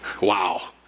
Wow